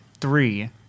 three